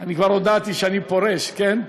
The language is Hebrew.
אני כבר הודעתי שאני פורש, כן?